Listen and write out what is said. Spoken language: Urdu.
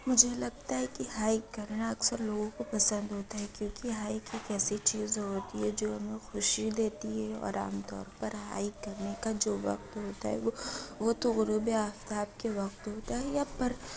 مجھے لگتا ہے کہ ہائیک کرنا اکثر لوگوں کو پسند ہوتا ہے کیوںکہ ہائک ایک ایسی چیز ہوتی ہے جو ہمیں خوشی دیتی ہے اور عام طور پر ہائیک کرنے کا جو وقت ہوتا ہے وہ تو غروب آفتاب کے وقت ہوتا ہے یا پر